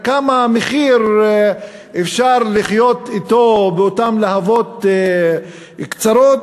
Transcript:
באיזה מחיר אפשר לחיות באותן להבות קצרות?